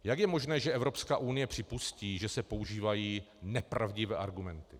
Jak je možné, že Evropská unie připustí, že se používají nepravdivé argumenty?